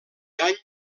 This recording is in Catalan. any